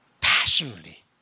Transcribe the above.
passionately